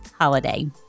holiday